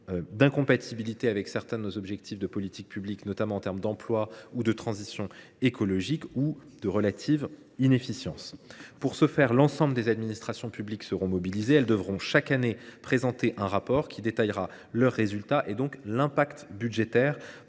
incompatibles avec certains de nos objectifs de politique publique, notamment en termes d’emploi ou de transition écologique, soit relativement inefficientes. Pour ce faire, l’ensemble des administrations publiques seront mobilisées. Elles devront présenter chaque année un rapport qui détaillera leurs résultats, donc l’impact budgétaire